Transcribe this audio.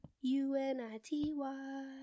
U-N-I-T-Y